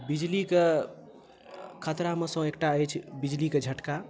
बिजलीके खतरा मेसँ एकटा अछि बिजलीके झटका